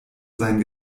sein